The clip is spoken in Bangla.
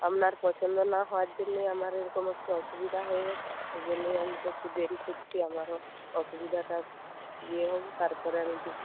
আপনার পছন্দ না হওয়ার জন্যেই আমার এরকম একটু অসুবিধা হয়ে গিয়েছে সেই জন্যই আমি তো একটু দেরি করছি আমারও অসুবিধাটা ইয়ে হোক তার পরে আমি দেবো